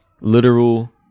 literal